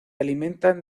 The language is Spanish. alimentan